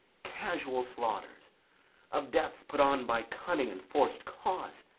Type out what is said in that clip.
casual slaughters of deaths put on by cunning and forc'd cause